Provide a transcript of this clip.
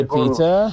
Peter